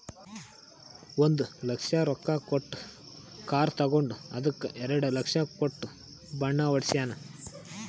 ಒಂದ್ ಲಕ್ಷ ರೊಕ್ಕಾ ಕೊಟ್ಟು ಕಾರ್ ತಗೊಂಡು ಅದ್ದುಕ ಎರಡ ಲಕ್ಷ ಕೊಟ್ಟು ಬಣ್ಣಾ ಹೊಡ್ಸ್ಯಾನ್